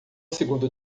segundo